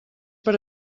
per